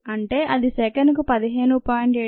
అంటే అది సెకనుకు 15